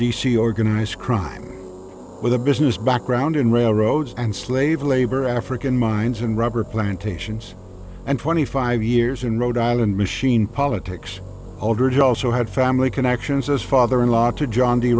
c organized crime with a business background in railroads and slave labor african mines and rubber plantations and twenty five years in rhode island machine politics altered he also had family connections as father in law to john d